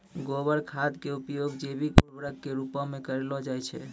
गोबर खाद के उपयोग जैविक उर्वरक के रुपो मे करलो जाय छै